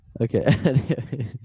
Okay